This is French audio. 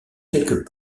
quelques